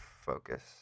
focus